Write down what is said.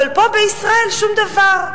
אבל פה בישראל שום דבר.